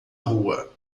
rua